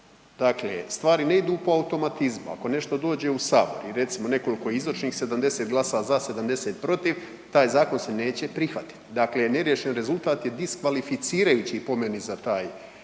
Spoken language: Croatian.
dakle stvari ne idu po automatizmu. Ako nešto dođe u Sabor i recimo nekoliko … 70 glasa za, 70 protiv taj zakon se neće prihvatiti, dakle neriješen rezultat je diskvalificirajući po meni za taj